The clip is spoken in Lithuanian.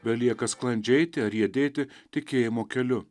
belieka sklandžiai eiti ar riedėti tikėjimo keliu